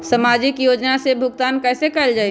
सामाजिक योजना से भुगतान कैसे कयल जाई?